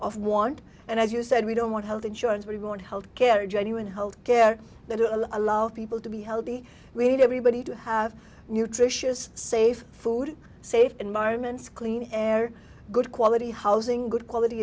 of want and as you said we don't want health insurance we want health care genuine health care that will allow people to be healthy we need everybody to have nutritious safe food safe environments clean air good quality housing good quality